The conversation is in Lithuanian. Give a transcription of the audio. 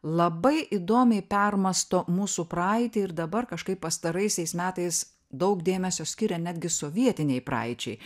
labai įdomiai permąsto mūsų praeitį ir dabar kažkaip pastaraisiais metais daug dėmesio skiria netgi sovietinei praeičiai